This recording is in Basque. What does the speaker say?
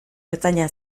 ertzaina